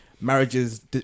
marriages